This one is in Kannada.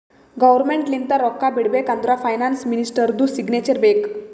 ಗೌರ್ಮೆಂಟ್ ಲಿಂತ ರೊಕ್ಕಾ ಬಿಡ್ಬೇಕ ಅಂದುರ್ ಫೈನಾನ್ಸ್ ಮಿನಿಸ್ಟರ್ದು ಸಿಗ್ನೇಚರ್ ಬೇಕ್